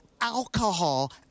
alcohol